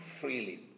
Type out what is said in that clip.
freely